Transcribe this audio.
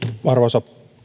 arvoisa